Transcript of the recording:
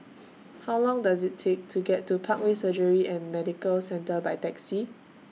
How Long Does IT Take to get to Parkway Surgery and Medical Centre By Taxi